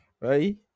right